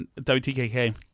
WTKK